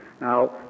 Now